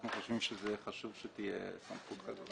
אנחנו חושבים שזה חשוב שתהיה סמכות כזאת.